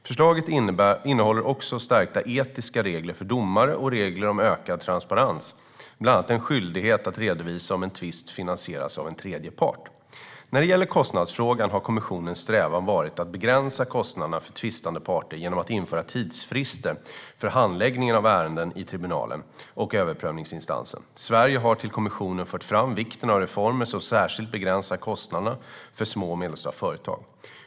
Förslaget innehåller också stärkta etiska regler för domare och regler om ökad transparens, bland annat en skyldighet att redovisa om en tvist finansieras av en tredje part. När det gäller kostnadsfrågan har kommissionens strävan varit att begränsa kostnaderna för tvistande parter genom att införa tidsfrister för handläggningen av ärenden i tribunalen och överprövningsinstansen. Sverige har till kommissionen fört fram vikten av reformer som särskilt begränsar kostnaderna för små och medelstora företag.